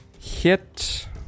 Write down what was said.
Hit